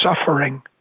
suffering